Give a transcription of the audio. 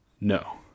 No